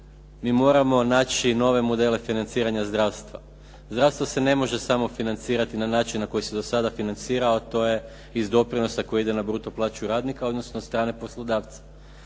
Mi moramo naći nove modele financiranja zdravstva. Zdravstvo se ne može samofinancirati na način na koji se do sada financirao, a to je iz doprinosa koji ide na bruto plaću radnika odnosno od strane poslodavca.